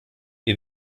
wir